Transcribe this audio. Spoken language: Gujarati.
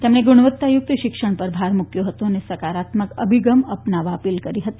તેમણે ગુણવત્તા યુક્ત શિક્ષણ ઉપર ભાર મૂક્વો હતો અને સકારાત્મક અભિગમ અપનાવવા અપીલ કરી હતી